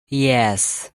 yes